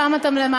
פעם אתה למטה.